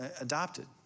adopted